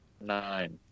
nine